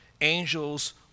angels